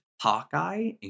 Hawkeye